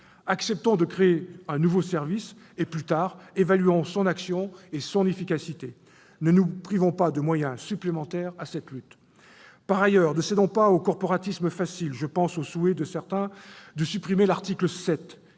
Acceptons de créer un nouveau service et évaluons plus tard son action et son efficacité. Ne nous privons pas de moyens supplémentaires pour lutter contre la fraude ! Par ailleurs, ne cédons pas au corporatisme facile : je pense au souhait de certains de supprimer l'article 7,